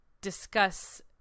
discuss